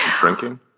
Drinking